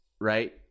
right